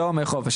לא ימי חופש.